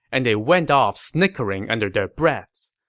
and they went off snickering under their breaths.